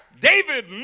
David